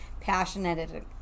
passionate